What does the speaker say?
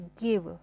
give